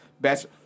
best